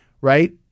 right